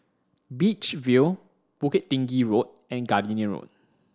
Beach View Bukit Tinggi Road and Gardenia Road